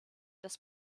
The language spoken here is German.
das